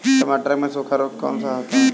टमाटर में सूखा रोग कौन सा होता है?